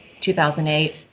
2008